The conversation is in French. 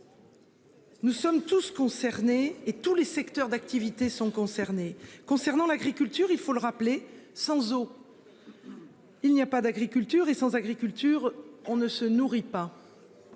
Nous sommes tous concernés et tous les secteurs d'activité sont concernés. Concernant l'agriculture, il faut le rappeler sans eau. Il n'y a pas d'agriculture et sans agriculture. On ne se nourrit pas.